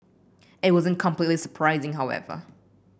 it wasn't completely surprising however